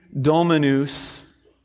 Dominus